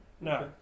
No